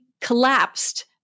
collapsed